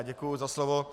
Děkuji za slovo.